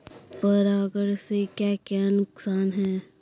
परागण से क्या क्या नुकसान हैं?